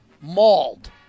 mauled